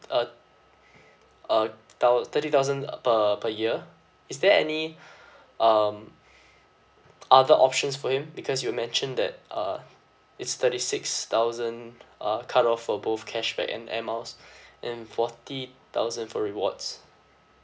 uh a thou~ thirty thousand uh per per year is there any um other options for him because you mentioned that uh it's thirty six thousand uh cut off for both cashback and air miles and forty thousand for rewards